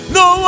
no